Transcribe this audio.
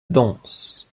danse